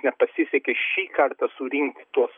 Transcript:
nepasisekė šį kartą surinkt tuos